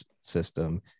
system